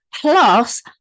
Plus